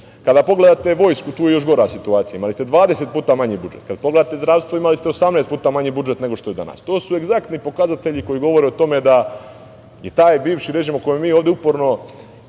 pogledate vojsku, tu je još gora situacija, imali ste 20 puta manji budžet. Kada pogledate zdravstvo, imali ste 18 puta manji budžet nego što je danas. To su egzaktni pokazatelji koji govore o tome da je taj bivši režim, o kojem mi ovde uporno